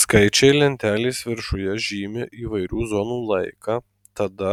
skaičiai lentelės viršuje žymi įvairių zonų laiką tada